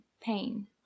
pain